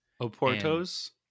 Oporto's